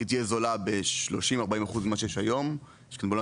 היא תהיה זולה ב-30-40% ממה שיש היום בעולם